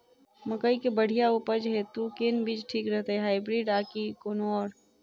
मकई केँ बढ़िया उपज हेतु केँ बीज ठीक रहतै, हाइब्रिड आ की कोनो आओर?